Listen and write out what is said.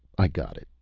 i got it.